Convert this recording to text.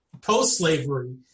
post-slavery